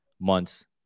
months